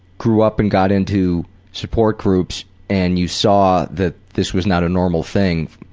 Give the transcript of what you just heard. grew up and got into support groups and you saw that this was not a normal thing,